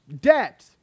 debt